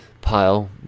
pile